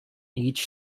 each